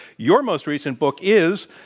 your most recent book is,